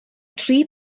tri